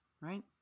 right